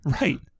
Right